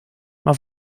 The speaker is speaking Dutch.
maar